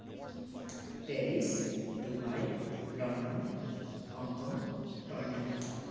Paris Dubai London Hong Kong Toronto